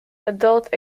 adult